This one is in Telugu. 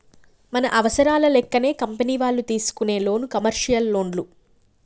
మన అవసరాల లెక్కనే కంపెనీ వాళ్ళు తీసుకునే లోను కమర్షియల్ లోన్లు